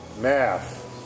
math